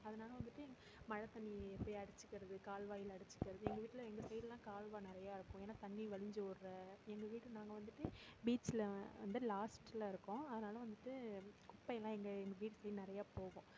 அதனால வந்துவிட்டு மழை தண்ணிர் எப்படி அடைச்சிக்கிறது கால்வாயில் அடைச்சிக்கிறது எங்கள் வீட்டில் எங்கள் ஊரில் இந்த சைடுலாம் கால்வாய் நிறையா இருக்கும் ஏன்னா தண்ணிர் வழிஞ்சு ஓடுற எங்கள் வீட்டில் நாங்கள் வந்துவிட்டு பீச்சில் வந்து லாஸ்ட்டில் இருக்கும் அதனால வந்துவிட்டு குப்பையெல்லாம் எங்கள் வீட்டு சைடு நிறையா போகும்